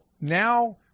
now